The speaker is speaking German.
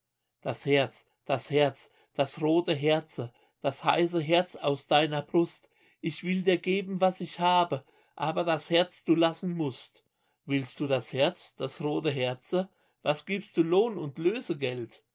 das herz das herz das rote herze das heiße herz aus deiner brust ich will dir geben was ich habe aber das herz du lassen mußt willst du das herz das rote herze was gibst du lohn und lösegeld